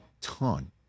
ton